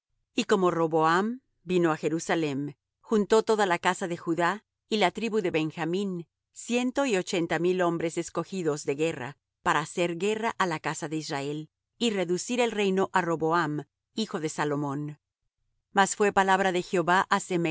y como roboam vino á jerusalem juntó toda la casa de judá y la tribu de benjamín ciento y ochenta mil hombres escogidos de guerra para hacer guerra á la casa de israel y reducir el reino á roboam hijo de salomón mas fué palabra de jehová